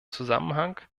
zusammenhang